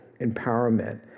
empowerment